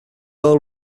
oil